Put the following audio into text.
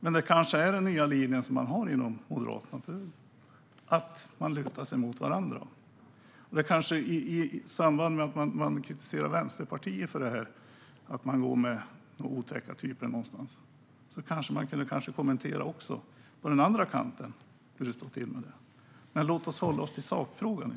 Men det kanske är den nya linjen man har inom Moderaterna att luta sig mot varandra. I samband med att man kritiserar Vänsterpartiet för att umgås med otäcka typer kanske man kunde kommentera hur det står till på den andra kanten. Men låt oss hålla oss till sakfrågan.